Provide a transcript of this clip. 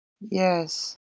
Yes